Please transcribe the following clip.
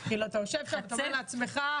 אתה יושב שם וחושב לעצמך: